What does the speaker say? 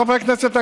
חברי כנסת,